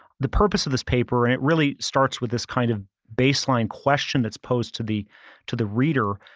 the purpose of this paper, it really starts with this kind of baseline question that's posed to the to the reader.